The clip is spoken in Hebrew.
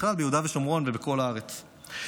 בכלל ביהודה ושומרון ובכל הארץ,